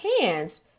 hands